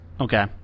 okay